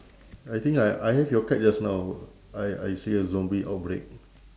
I think I I have your card just now I I see a zombie outbreak